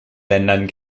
ländern